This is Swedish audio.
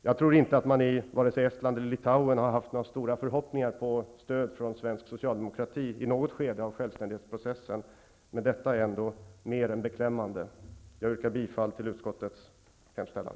Jag tror inte att man i Estland och Litauen har haft några stora förhoppningar på stöd från svensk socialdemokrati i något skede av självständighetsprocessen, men detta är ändå mer än beklämmande. Jag yrkar bifall till utskottets hemställan.